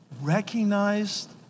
recognized